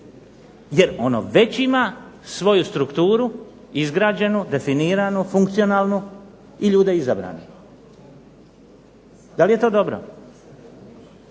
jer ono već ima svoju strukturu izgrađenu, definiranu, funkcionalnu i ljude izabrane. Da li je to dobro?